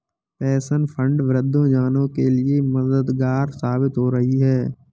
pension fund वृद्ध जनों के लिए मददगार साबित हो रही है